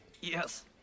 yes